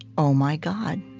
oh, my god,